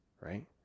right